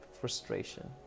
frustration